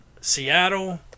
Seattle